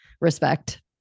respect